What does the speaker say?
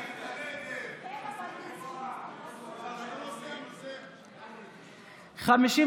אין ההסתייגות (21) של קבוצת סיעת הרשימה המשותפת לסעיף 1 לא נתקבלה.